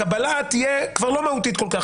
הקבלה תהיה כבר לא מהותית כל כך,